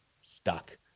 stuck